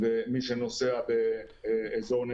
אנחנו כמובן